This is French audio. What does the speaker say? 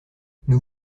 nous